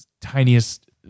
tiniest